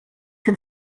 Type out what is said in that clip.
can